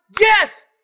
Yes